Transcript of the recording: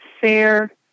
fair